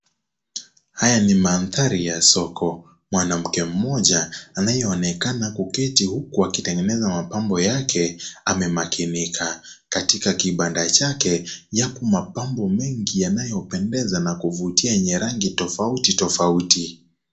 Haya ni mandhari ya soko. Mwanamke mmoja, anayeonekana kuketi huku akitengeneza mapambo yake amemakinika. Katika kibanda chake, yapo mapambo mengi yanayopendeza na kuvutia yenye rangi tofauti tofauti.